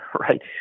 right